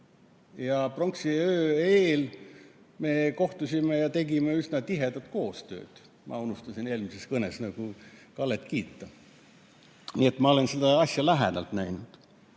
ja pronksiöö eel me kohtusime ja tegime üsna tihedat koostööd. Ma unustasin eelmises kõnes Kallet kiita. Nii et ma olen seda asja lähedalt näinud.